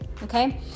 Okay